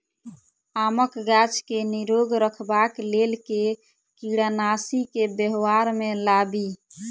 आमक गाछ केँ निरोग रखबाक लेल केँ कीड़ानासी केँ व्यवहार मे लाबी?